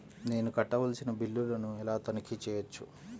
నేను కట్టవలసిన బిల్లులను ఎలా తనిఖీ చెయ్యవచ్చు?